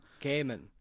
Gaiman